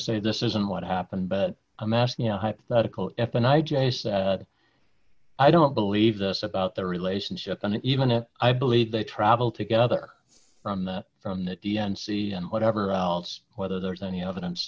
say this isn't what happened but i'm asking you know hypothetical if an i j said i don't believe this about their relationship and even if i believed they travel together from the from the d n c and whatever else whether there's any evidence